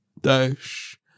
Dash